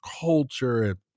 culture